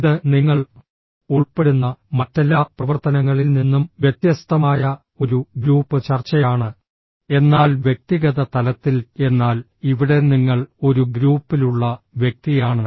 ഇത് നിങ്ങൾ ഉൾപ്പെടുന്ന മറ്റെല്ലാ പ്രവർത്തനങ്ങളിൽ നിന്നും വ്യത്യസ്തമായ ഒരു ഗ്രൂപ്പ് ചർച്ചയാണ് എന്നാൽ വ്യക്തിഗത തലത്തിൽ എന്നാൽ ഇവിടെ നിങ്ങൾ ഒരു ഗ്രൂപ്പിലുള്ള വ്യക്തിയാണ്